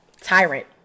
Tyrant